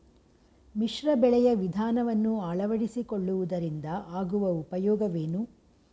ಮಿಶ್ರ ಬೆಳೆಯ ವಿಧಾನವನ್ನು ಆಳವಡಿಸಿಕೊಳ್ಳುವುದರಿಂದ ಆಗುವ ಉಪಯೋಗವೇನು?